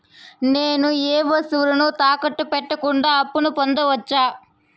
నేను ఏ వస్తువులు తాకట్టు పెట్టకుండా అప్పును పొందవచ్చా?